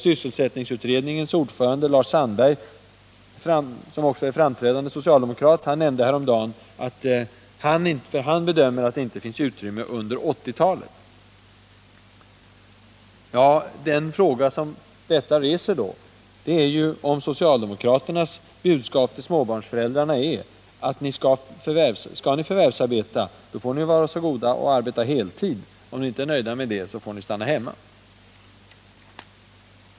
Sysselsättningsutredningens ordförande Lars Sandberg, som också är framträdande socialdemokrat, nämnde häromdagen att han bedömer att det inte finns utrymme under 1980-talet för en allmän övergång till sextimmarsdag. Den fråga som detta reser är om socialdemokraternas budskap till småbarnsföräldrarna är detta: Skall ni förvärvsarbeta så får ni vara så goda att arbeta heltid. Om ni inte är nöjda med det, så får ni stanna hemma.